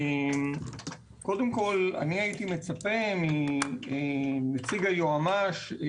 אנו מצפים מנציג היועץ המשפטי לממשלה,